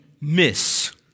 miss